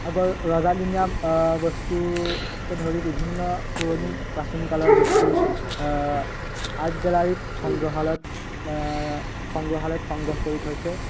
আগৰ ৰজাদিনীয়া বস্তুকে ধৰি বিভিন্ন পুৰণি প্ৰাচীন কালৰ বস্তু আৰ্ট গেলাৰীত সংগ্ৰহালয়ত সংগ্ৰহালয়ত সংগ্ৰহ কৰি থৈছে